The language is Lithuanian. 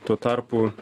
tuo tarpu